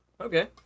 Okay